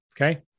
okay